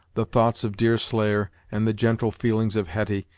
the thoughts of deerslayer, and the gentle feelings of hetty,